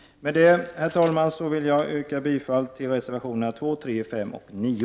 Med detta yrkar jag bifall till reservationerna 2, 3, 5 och 9.